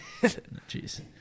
Jeez